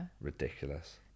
Ridiculous